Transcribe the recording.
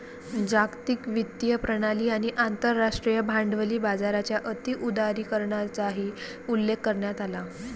जागतिक वित्तीय प्रणाली आणि आंतरराष्ट्रीय भांडवली बाजाराच्या अति उदारीकरणाचाही उल्लेख करण्यात आला